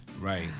right